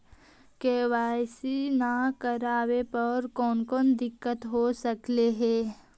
KYC न करे पर कौन कौन दिक्कत हो सकले हे?